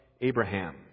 Abraham